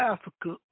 Africa